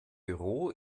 büro